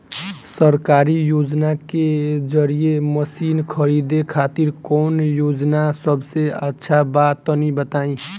सरकारी योजना के जरिए मशीन खरीदे खातिर कौन योजना सबसे अच्छा बा तनि बताई?